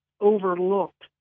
overlooked